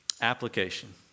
Application